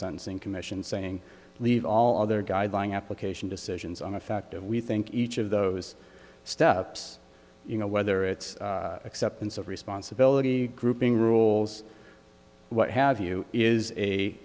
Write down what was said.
sentencing commission saying leave all other guidelines application decisions on effect of we think each of those steps you know whether it's acceptance of responsibility grouping rules what have you is a